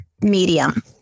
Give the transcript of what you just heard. medium